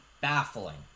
baffling